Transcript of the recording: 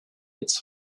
its